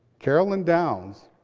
carolyn downs,